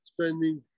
spending